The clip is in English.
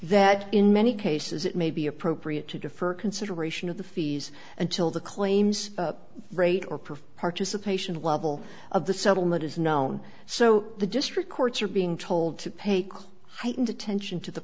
that in many cases it may be appropriate to defer consideration of the fees until the claims rate or perform participation level of the settlement is known so the district courts are being told to pay close heightened attention to the